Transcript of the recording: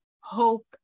hope